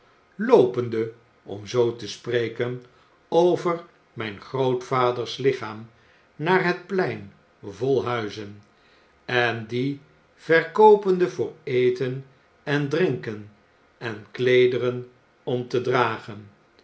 loopende om zoo te spreken over myn grootvader's lichaam naar het plein vol huizen en die verkoopende voor eten en drinken en kleederen om te dragen